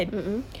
mm mm